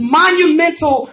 monumental